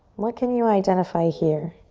what can you identify here?